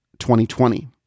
2020